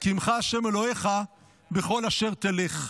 כי עמך ה' אלהיך בכל אשר תלך".